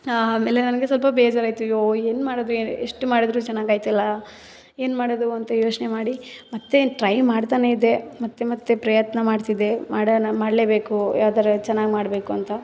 ಆಮೇಲೆ ನನಗೆ ಸ್ವಲ್ಪ ಬೇಜರಾಯಿತು ಅಯ್ಯೋ ಏನು ಮಾಡೋದು ಎಷ್ಟು ಮಾಡಿದರು ಚೆನ್ನಾಗಿ ಆಗ್ತಿಲ್ಲ ಏನು ಮಾಡೋದು ಅಂತ ಯೋಚನೆ ಮಾಡಿ ಮತ್ತು ಮಾಡ್ತಲೇ ಇದ್ದೆ ಮತ್ತು ಮತ್ತು ಪ್ರಯತ್ನ ಮಾಡ್ತಿದ್ದೆ ಮಾಡೋಣ ಮಾಡಲೇಬೇಕು ಯಾವ್ದಾರ ಚೆನ್ನಾಗಿ ಮಾಡಬೇಕು ಅಂತ